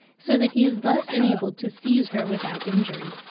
so that he is thus enabled to seize her without injury.